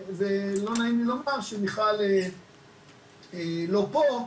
ולא נעים לי לומר את זה כשמיכל לא פה,